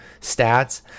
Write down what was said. stats